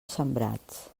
sembrats